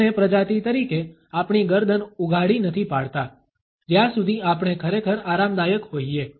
આપણે પ્રજાતિ તરીકે આપણી ગરદન ઉઘાડી નથી પાડતા જ્યા સુધી આપણે ખરેખર આરામદાયક હોઈએ